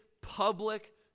public